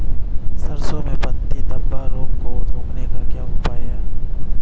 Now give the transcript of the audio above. सरसों में पत्ती धब्बा रोग को रोकने का क्या उपाय है?